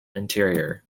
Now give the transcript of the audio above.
interior